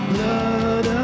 Blood